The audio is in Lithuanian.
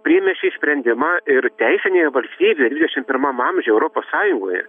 priėmė šį sprendimą ir teisinėje valstybėj dvidešim pimam amžiuj europos sąjungoje